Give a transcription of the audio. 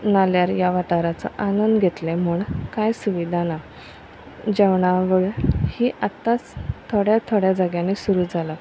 नाल्यार ह्या वाठाराचो आनंद घेतले म्हूण कांय सुविधा ना जेवणावळ ही आतांच थोड्या थोड्या जाग्यांनी सुरू जाला